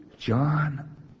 John